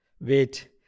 wait